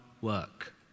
work